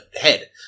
head